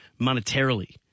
monetarily